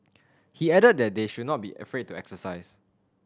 he added that they should not be afraid to exercise